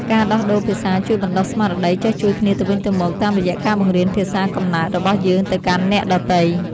ការដោះដូរភាសាជួយបណ្ដុះស្មារតីចេះជួយគ្នាទៅវិញទៅមក តាមរយៈការបង្រៀនភាសាកំណើតរបស់យើងទៅកាន់អ្នកដទៃ។